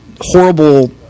horrible